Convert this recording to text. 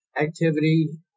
activity